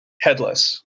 headless